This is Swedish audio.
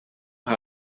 har